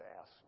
ask